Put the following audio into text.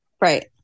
Right